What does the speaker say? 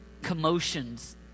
Commotions